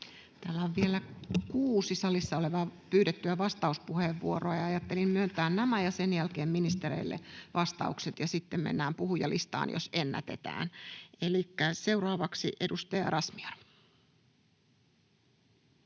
Täällä on vielä kuudella salissa olevalla pyydetty vastauspuheenvuoro. Ajattelin myöntää nämä ja sen jälkeen ministereille vastaukset, ja sitten mennään puhujalistaan, jos ennätetään. — Elikkä seuraavaksi edustaja Razmyar.